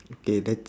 okay that